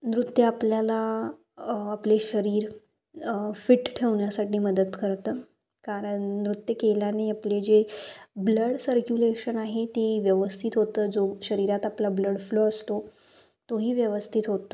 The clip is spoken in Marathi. नृत्य आपल्याला आपले शरीर फिट ठेवण्यासाठी मदत करतं कारण नृत्य केल्याने आपले जे ब्लड सर्क्युलेशन आहे ते व्यवस्थित होतं जो शरीरात आपला ब्लड फ्लो असतो तोही व्यवस्थित होतं